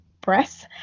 breasts